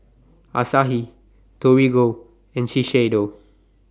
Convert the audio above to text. Asahi Torigo and Shiseido